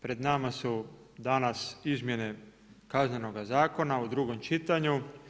Pred nama su danas izmjene Kaznenoga zakona u drugom čitanju.